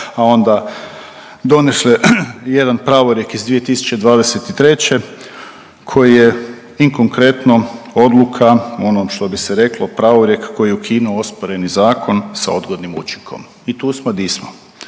a onda donese jedan pravorijek iz 2023. koji je i konkretno odluka onom što bi se reklo pravorijek koji je ukinuo osporeni zakon sa odgodnim učinkom i tu smo di smo.